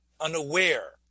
Unaware